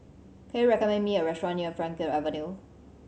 can you recommend me a restaurant near Frankel Avenue